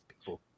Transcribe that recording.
people